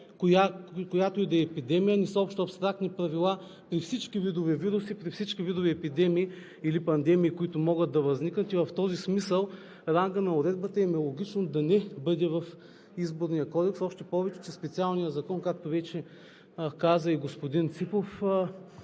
която и да е епидемия. Не са общо абстрактни правила при всички видове вируси, при всички видове епидемии или пандемии, които могат да възникнат. И в този смисъл рангът на уредбата им е логично да не бъде в Изборния кодекс. Още повече че специалният закон, както вече каза и господин Ципов,